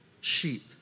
sheep